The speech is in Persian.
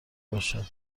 باشد